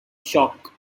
shock